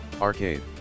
Arcade